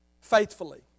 faithfully